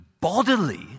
bodily